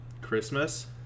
Christmas